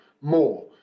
more